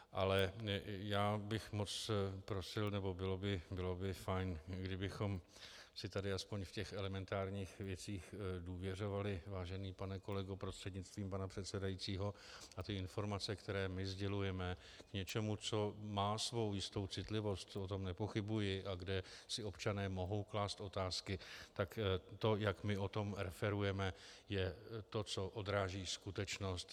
Ale moc bych prosil, nebo bylo by fajn, kdybychom si tady alespoň v těch elementárních věcech důvěřovali, vážený pane kolego prostřednictvím pana předsedajícího, a ty informace, které my sdělujeme k něčemu, co má svou jistou citlivost, o tom nepochybuji, a kde si občané mohou klást otázky, tak to, jak my o tom referujeme, je to, co odráží skutečnost.